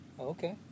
Okay